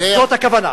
זאת הכוונה.